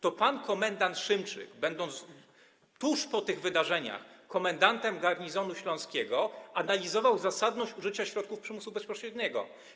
To pan komendant Szymczyk, będąc tuż po tych wydarzeniach komendantem garnizonu śląskiego, analizował zasadność użycia środków przymusu bezpośredniego.